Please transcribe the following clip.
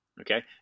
Okay